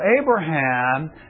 Abraham